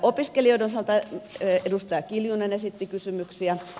opiskelijoiden osalta edustaja kiljunen esitti kysymyksiä